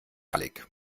gallig